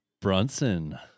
Brunson